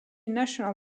national